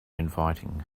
inviting